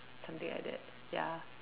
something like that ya